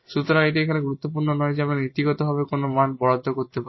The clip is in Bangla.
সুতরাং এটি এখানে গুরুত্বপূর্ণ নয় যে আমরা নীতিগতভাবে কোন মান বরাদ্দ করতে পারি